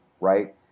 right